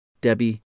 Debbie